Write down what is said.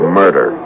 murder